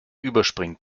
überspringt